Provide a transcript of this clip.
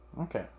Okay